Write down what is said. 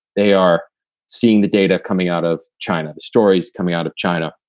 they are seeing the data coming out of china, stories coming out of china.